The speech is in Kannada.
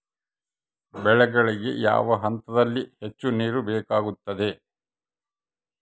ಬೆಳೆಗಳಿಗೆ ಯಾವ ಹಂತದಲ್ಲಿ ಹೆಚ್ಚು ನೇರು ಬೇಕಾಗುತ್ತದೆ?